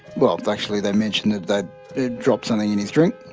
well, actually they mentioned that that they'd dropped something in his drink.